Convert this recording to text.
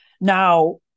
Now